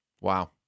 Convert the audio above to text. wow